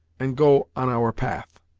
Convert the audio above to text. and go on our path.